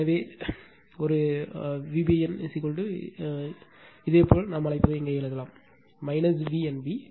எனவே இந்த ஒரு Vbn Vbn இதேபோல் நாம் அழைப்பதை இங்கே எழுதலாம் V n b